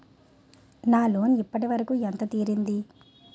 నా లోన్ ఇప్పటి వరకూ ఎంత తీరింది?